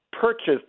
purchased